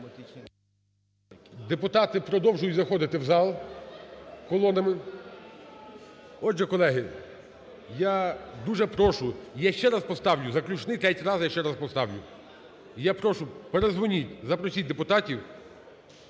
Депутати продовжують заходити в зал колонами. Отже, колеги, я дуже прошу, я ще раз поставлю, заключний третій раз я ще раз поставлю. Я прошу передзвоніть, запросіть депутатів